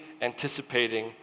anticipating